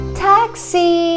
taxi